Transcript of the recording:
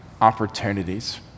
opportunities